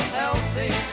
healthy